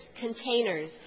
containers